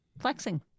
flexing